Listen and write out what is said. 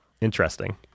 Interesting